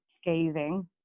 scathing